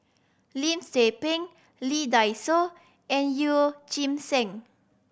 Lim Tze Peng Lee Dai Soh and Yeoh Ghim Seng